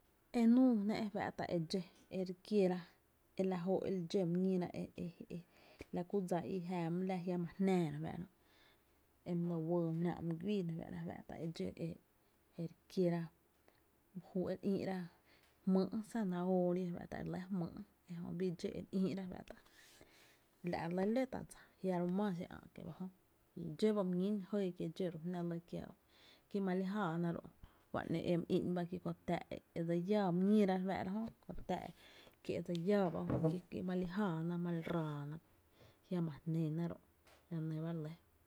E núu jná e fá’tá’ e dxó e re kiéra e la jó’ e li dxó my ñíra e la ku dsa i jäa my láa jiama jnáá re fáá’ra e my la wee náá’ my güii re fáá’ra, fá’ta e dxó e re kiera, e re ï’ra jmýy zanahoria e fá’tá’ e re lɇ jmýy’ ejö e bi dxó e re ïïra fá’ta’ la’ re lɇ ló tá’ dsa jiaro’ maa xi á’ kie’ ba jö kí dxó ba my ñín jɇɇ kié’ dxó ba jná lɇ kiää ú ki ma li jáána ro’ juá’no e my ï’n ba re fá’ra ki kö táá’ dse iáá mý ñíra re fáá’ra jö, kö tá’ kie’ dse iäá ba jö ma loi jáa ná ma li raa na, jiama jnéna ro’ la nɇ ba re lɇ.